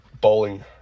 bowling